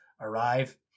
arrive